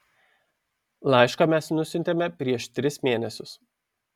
laišką mes nusiuntėme prieš tris mėnesius